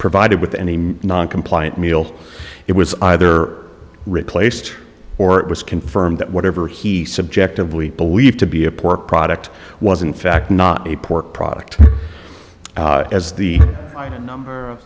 provided with any non compliant meal it was either replaced or it was confirmed that whatever he subjectively believed to be a poor product was in fact not a pork product as the number